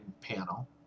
panel